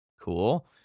Cool